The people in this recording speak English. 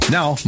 Now